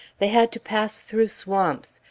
they had to pass through swamps,